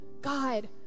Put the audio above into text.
God